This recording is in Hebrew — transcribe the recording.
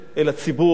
לציבור.